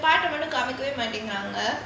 காமிக்கவே மாட்டேங்குறாங்க:kaamikavae maatenguraanga